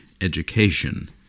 education